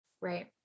Right